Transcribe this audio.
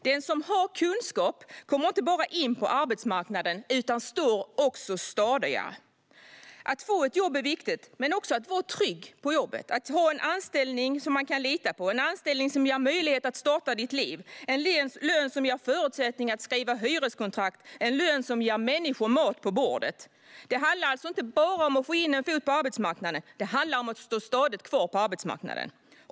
Den som har kunskap kommer inte bara in på arbetsmarknaden utan står också stadigare. Att få ett jobb är viktigt men också att man är trygg på jobbet - att man har en anställning som man kan lita på och som ger möjlighet att starta sitt liv och en lön som ger förutsättningen att skriva hyreskontrakt och människor mat på bordet. Det handlar alltså inte bara om att få in en fot på arbetsmarknaden, utan det handlar om att stå stadigt kvar på arbetsmarknaden.